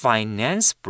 Finance